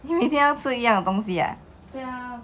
你每天要吃一样的东西啊